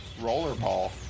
Rollerball